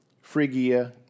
Phrygia